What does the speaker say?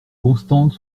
constantes